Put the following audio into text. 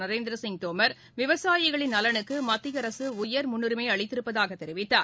நரேந்திர சிங் தோமர் விவசாயிகளின் நலனுக்கு மத்திய அரசு உயர் முன்னுரிமை அளித்திருப்பதாக தெரிவித்தார்